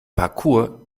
parkour